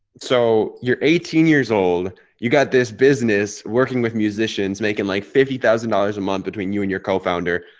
so you're eighteen years old, you got this business, working with musicians making like fifty thousand dollars a month between you and your co founder,